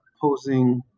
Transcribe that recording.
posing